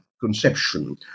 conception